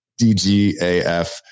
DGAF